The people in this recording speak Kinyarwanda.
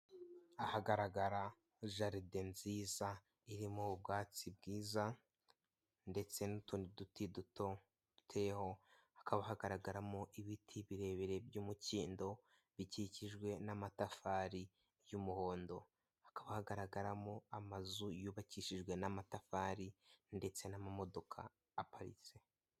Ahagaragara jaride nziza irimo ubwatsi bwiza, ndetse n'utundi duti duto duteyeho, hakaba hagaragaramo ibiti birebire by'umukindo bikikijwe n'amatafari y'umuhondo, hakaba hagaragaramo amazu yubakishijwe n'amatafari ndetse n'amamodoka aparitse.